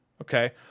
Okay